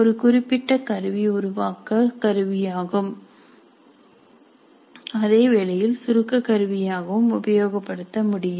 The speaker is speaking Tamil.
ஒரு குறிப்பிட்ட கருவி உருவாக்க கருவியாகும் அதேவேளையில் சுருக்க கருவியாகவும் உபயோகப்படுத்த முடியும்